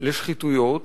לשחיתויות,